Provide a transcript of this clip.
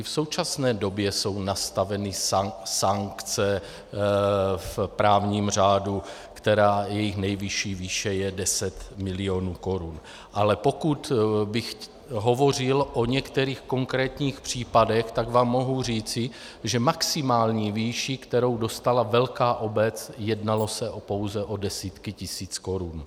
V současné době jsou nastaveny sankce v právním řádu, jejichž nejvyšší výše je deset milionů korun, ale pokud bych hovořil o některých konkrétních případech, tak vám mohu říci, že maximální výše, kterou dostala velká obec, jednalo se pouze o desítky tisíc korun.